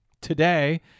today